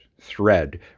thread